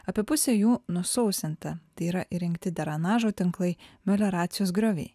apie pusė jų nusausinta tai yra įrengti deranažo tinklai melioracijos grioviai